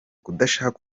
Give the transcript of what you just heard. kudashaka